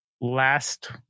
last